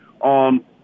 on